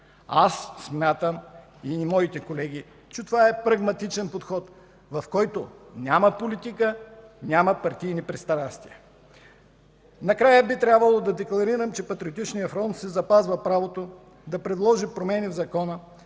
Аз и моите колеги смятаме, че това е прагматичен подход, в който няма политика, няма партийни пристрастия. Накрая би трябвало да декларирам, че Патриотичният фронт си запазва правото да предложи промени в Закона